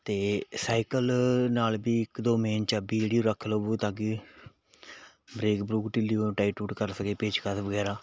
ਅਤੇ ਸਾਈਕਲ ਨਾਲ ਵੀ ਇੱਕ ਦੋ ਮੇਨ ਚਾਬੀ ਜਿਹੜੀ ਉਹ ਰੱਖ ਲਵੋ ਤਾਂ ਕਿ ਬ੍ਰੇਕ ਬਰੂਕ ਢਿੱਲੀ ਟਾਇਟ ਟੂਟ ਕਰ ਸਕੇ ਪੇਚਕਸ ਵਗੈਰਾ